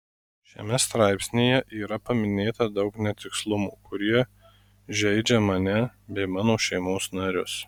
šiame straipsnyje yra paminėta daug netikslumų kurie žeidžia mane bei mano šeimos narius